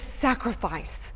sacrifice